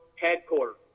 headquarters